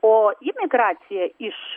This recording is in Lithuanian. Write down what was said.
o imigracija iš